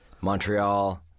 Montreal